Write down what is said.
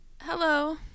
Hello